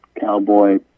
cowboy